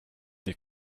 they